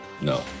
No